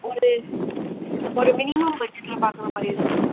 ஒரு ஒரு மினிமம் பட்ஜெட்ல பார்க்குறமாரி இருக்கும் மேம்